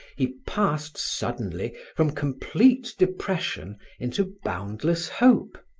he passed suddenly from complete depression into boundless hope.